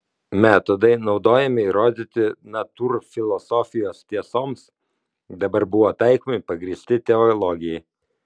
metodai naudojami įrodyti natūrfilosofijos tiesoms dabar buvo taikomi pagrįsti teologijai